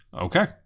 Okay